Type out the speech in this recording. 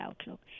outlook